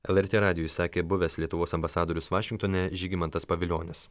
lrt radijui sakė buvęs lietuvos ambasadorius vašingtone žygimantas pavilionis